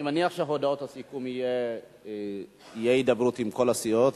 אני מניח שבהודעת הסיכום תהיה הידברות עם כל הסיעות,